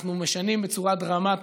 אנחנו משנים בצורה דרמטית,